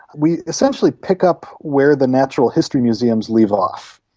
we essentially pick up where the natural history museums leave off.